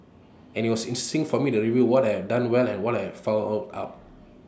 and IT was interesting for me to review what I had done well and what I had fouled up